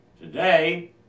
Today